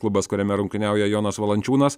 klubas kuriame rungtyniauja jonas valančiūnas